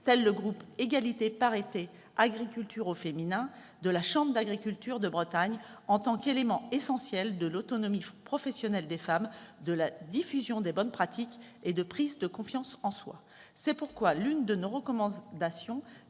tel le groupe Égalité-parité : Agriculture au féminin, de la chambre d'agriculture de Bretagne, en tant qu'élément essentiel de l'autonomie professionnelle des femmes, de la diffusion des bonnes pratiques et de prise de confiance en soi. C'est pourquoi l'une de nos recommandations